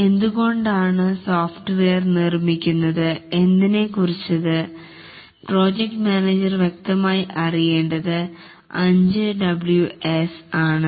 എന്തുകൊണ്ടാണ് സോഫ്റ്റ്വെയർ നിർമ്മിക്കുന്നത് എന്നതിനെക്കുറിച്ച് പ്രോജക്ട് മാനേജർ വ്യക്തമായി അറിയേണ്ടത് 5 W s ആണ്